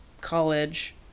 college